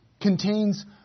contains